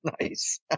Nice